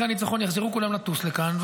אחרי הניצחון יחזרו כולם לטוס לכאן,